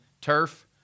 turf